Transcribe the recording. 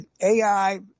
AI